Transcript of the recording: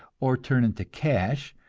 or turn into cash,